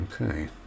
Okay